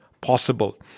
possible